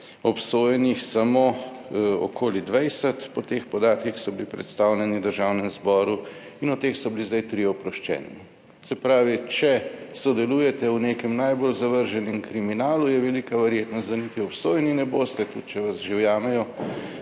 Obsojenih samo okoli 20 po teh podatkih, ki so bili predstavljeni v Državnem zboru in od teh so bili zdaj 3 oproščeni. Se pravi, če sodelujete v nekem najbolj zavrženem kriminalu, je velika verjetnost, da niti obsojeni ne boste, tudi če vas že ujamejo.